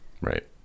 right